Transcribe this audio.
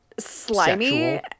slimy